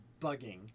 bugging